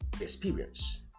experience